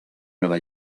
nueva